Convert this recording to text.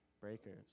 Breakers